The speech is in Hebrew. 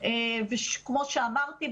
וכמו שאמרתי,